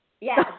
Yes